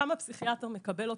שם הפסיכיאטר מקבל אותו.